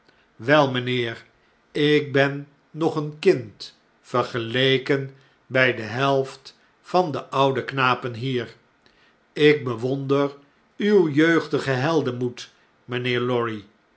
wei mynheer ik ben nog een kind vergeleken by de helft van de oude knapen hier lk bewonder uw jeugdigen heldenmoed mynheer lorry